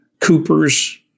Coopers